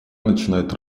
начинает